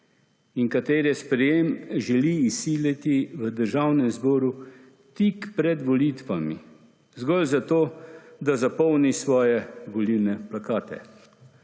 in katerem sprejem želi izsiliti v Državnem zboru tik pred volitvami, zgolj zato, da zapolni svoje volilne plakate.